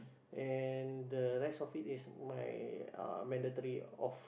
and the rest of it is my uh mandatory off